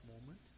moment